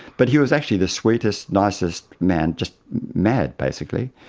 but he was actually the sweetest, nicest man, just mad basically.